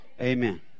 Amen